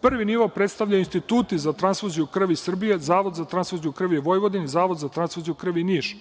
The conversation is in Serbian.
Prvi nivo predstava Institut za tranfuziju krvi Srbije – Zavod za tranfuziju krvi Vojvodine i Zavod za trafuziju krvi Niš.